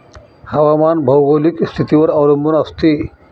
हवामान भौगोलिक स्थितीवर अवलंबून असते